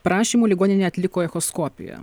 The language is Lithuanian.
prašymu ligoninė atliko echoskopiją